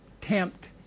tempt